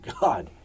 God